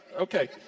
okay